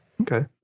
Okay